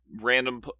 random